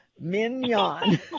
Mignon